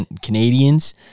Canadians